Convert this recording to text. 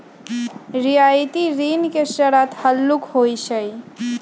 रियायती ऋण के शरत हल्लुक होइ छइ